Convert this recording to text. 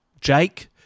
Jake